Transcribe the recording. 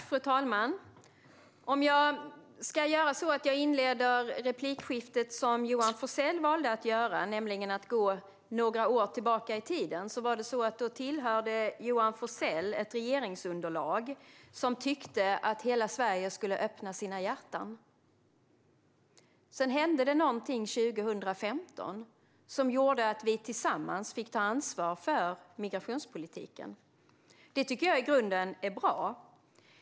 Fru talman! Jag inleder replikskiftet som Johan Forssell valde att göra, nämligen med att gå några år tillbaka i tiden. Då tillhörde Johan Forssell ett regeringsunderlag som tyckte att hela Sverige skulle öppna sina hjärtan. Sedan hände något 2015 som gjorde att vi tillsammans fick ta ansvar för migrationspolitiken. Det tycker jag i grunden är bra.